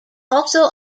also